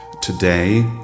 today